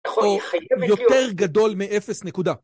יכול להיות... - יותר גדול מ-0 נקודה.